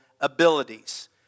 abilities